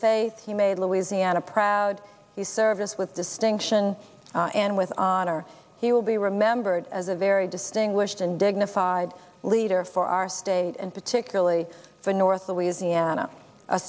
faith he made louisiana proud to serve us with distinction and with honor he will be remembered as a very distinguished and dignified leader for our state and particularly for north louisiana a